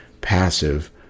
passive